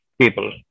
people